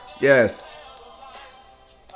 Yes